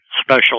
special